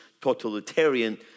totalitarian